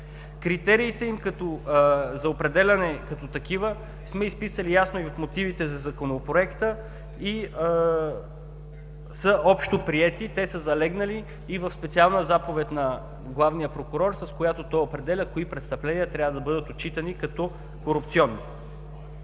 Критериите за определянето им като такива сме изписали ясно и в мотивите за Законопроекта, и са общо приети. Те са залегнали и в специална заповед на главния прокурор, с която той определя кои престъпления трябва да бъдат отчитани като корупционни.